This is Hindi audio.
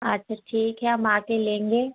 अच्छा ठीक है हम आके लेंगे